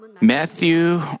Matthew